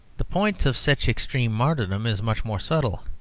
the point of such extreme martyrdom is much more subtle.